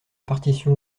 partition